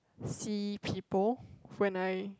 see people when I